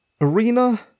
arena